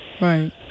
Right